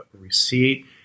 receipt